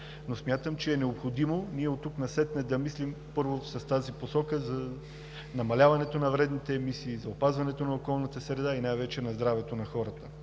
но смятам, че е необходимо ние оттук насетне да мислим, първо, в тази посока – за намаляване на вредните емисии, за опазване на околната среда и най-вече на здравето. Разчитам,